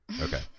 okay